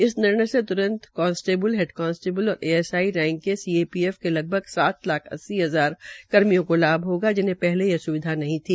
इस निर्णय से तृंतर कांस्टेबल हैडकांस्टेबल और एएसआई रैंक के सीआरपीएफ के लगभग सात लाख अस्सी हजार कर्मियों को लाभ होगा जिन्हे पहले यह स्विधा नहीं थी